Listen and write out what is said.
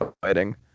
fighting